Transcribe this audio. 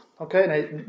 okay